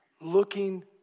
looking